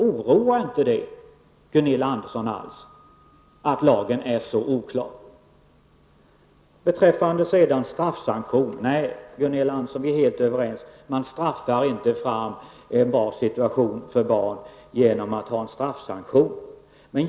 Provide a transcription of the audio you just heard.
Oroar det inte Gunilla Andersson alls att lagen är så oklar? Gunilla Andersson och jag är helt överens. Man straffar inte fram en bra situation för barn genom att ha en straffsanktion.